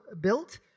built